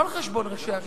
לא על חשבון ראשי הערים,